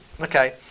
Okay